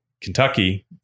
kentucky